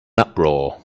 uproar